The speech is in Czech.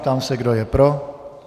Ptám se, kdo je pro.